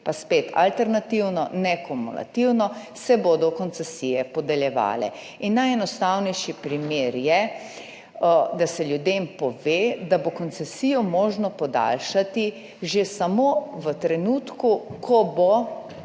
pa spet alternativno, ne kumulativno, se bodo koncesije podeljevale. Najenostavnejši primer je, da se ljudem pove, da bo koncesijo možno podaljšati že samo v trenutku, ko bo,